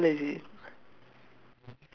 okay what about the plane what colour is it